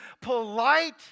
polite